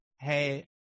Hey